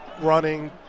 running